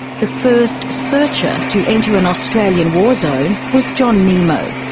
the first searcher to enter an australian war zone was john nimmo,